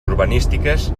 urbanístiques